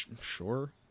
Sure